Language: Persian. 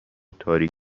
تاریک